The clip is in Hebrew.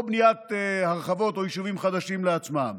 בניית הרחבות או יישובים חדשים לעצמם.